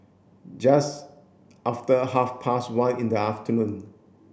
just after half past one in the afternoon